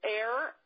air